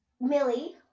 Millie